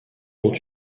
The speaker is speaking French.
dont